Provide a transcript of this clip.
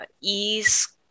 ease